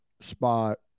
spot